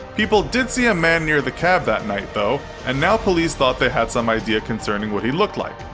people did see a man near the cab that night, though, and now police thought they had some idea concerning what he looked like.